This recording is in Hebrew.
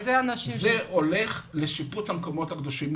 זה הולך לשיפוץ המקומות הקדושים.